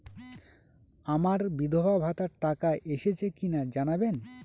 আমার বিধবাভাতার টাকা এসেছে কিনা জানাবেন?